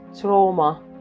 Trauma